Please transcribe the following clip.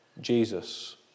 Jesus